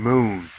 Moon